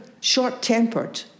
short-tempered